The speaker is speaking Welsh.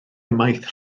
ymaith